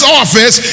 office